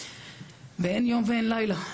ואין יום ואין לילה.